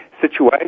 situation